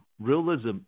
realism